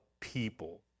people